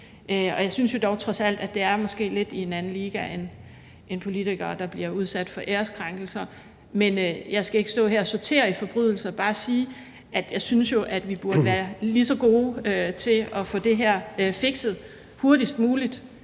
jeg synes dog trods alt, at det måske er i en lidt anden liga end politikere, der bliver udsat for æreskrænkelser. Men jeg skal ikke stå her og sortere i forbrydelser, men bare sige, at jeg jo synes, at vi burde være lige så gode til at få det her fikset hurtigst muligt.